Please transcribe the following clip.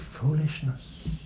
foolishness